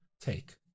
take